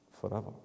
forever